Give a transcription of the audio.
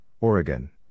Oregon